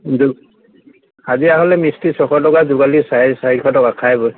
হাজিৰা হ'লে মিস্ত্ৰী ছশ টকা যোগালী চাৰে চাৰিশ টকা খাই বৈ